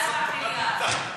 איפה שהיו חרסינות,